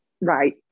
right